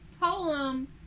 poem